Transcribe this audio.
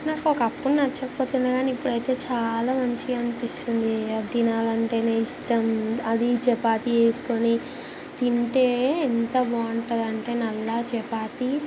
నాకొకప్పుడు నచ్చకపో తినేదాన్ని ఇప్పుడయితే చాలా మంచిగా అనిపిస్తుంది అది తినాలంటేనే ఇష్టం అది చపాతీ వేసుకొని తింటే ఎంత బాగుంటుందంటే నల్ల చపాతీ